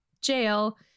jail